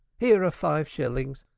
here are five shillings.